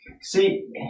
See